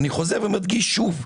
אני חוזר ואומר שוב: